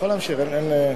תודה רבה.